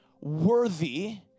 worthy